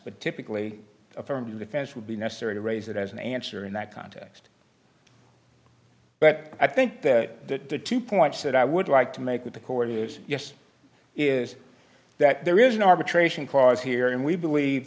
but typically affirmative defense would be necessary to raise that as an answer in that context but i think that the two points that i would like to make with the court is is that there is an arbitration cause here and we believe